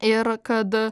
ir kad